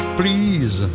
please